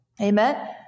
Amen